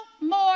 more